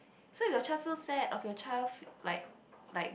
so you got child so sad of your child like like